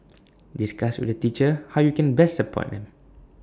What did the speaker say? discuss with the teacher how you can best support him